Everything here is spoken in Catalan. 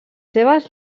seves